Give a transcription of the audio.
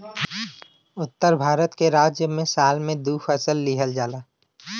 उत्तर भारत के राज्य में साल में दू फसल लिहल जाला